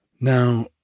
Now